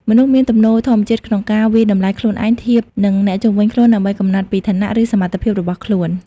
មនុស្សមានទំនោរធម្មជាតិក្នុងការវាយតម្លៃខ្លួនឯងធៀបនឹងអ្នកជុំវិញខ្លួន ដើម្បីកំណត់ពីឋានៈ ឬសមត្ថភាពរបស់ខ្លួន។